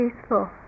peaceful